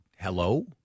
hello